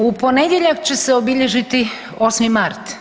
U ponedjeljak će se obilježiti 8. mart.